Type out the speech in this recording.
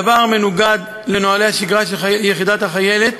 הדבר מנוגד לנוהלי השגרה של יחידת החיילת,